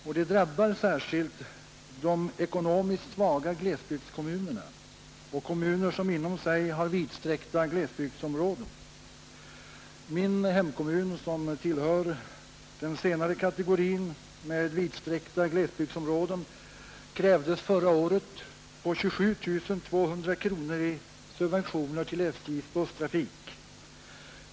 Detta drabbar särskilt de ekonomiskt svaga glesbygdskommunerna och kommuner som inom sig har vidsträckta glesbygdsområden. Min hemkommun, som tillhör den senare kategorin med vidsträckta glesbygdsområden, krävdes förra året på 27 200 kronor i subventioner till SJ:s busstrafik.